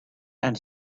and